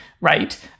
right